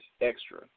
extra